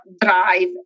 drive